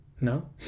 no